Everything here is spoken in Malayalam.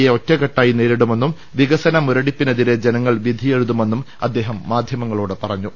എ ഒറ്റക്കെട്ടായി നേരിടുമെന്നും വികസനമുരടിപ്പിനെതിരെ ജനങ്ങൾ വിധിയെഴുതുമെന്നും അദ്ദേഹം മാധ്യമങ്ങളോട് പറഞ്ഞു